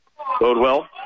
Bodewell